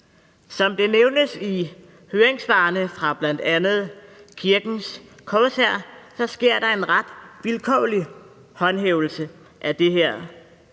Som det nævnes i høringssvarene fra bl.a. Kirkens Korshær, sker der en ret vilkårlig håndhævelse af det her,